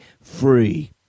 free